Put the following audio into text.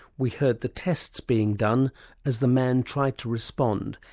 we heard the tests being done as the man tried to respond,